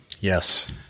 Yes